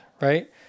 right